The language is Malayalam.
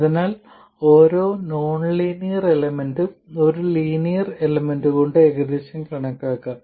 അതിനാൽ ഓരോ നോൺലീനിയർ എലമെന്റും ഒരു ലീനിയർ എലമെന്റ് കൊണ്ട് ഏകദേശം കണക്കാക്കാം